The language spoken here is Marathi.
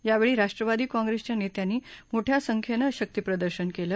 यावेळी राष्ट्रवादी काँग्रेसच्या नेत्यांनी मोठ्या संख्येनं शक्तिप्रदर्शन केले